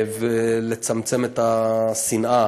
ולצמצם את השנאה.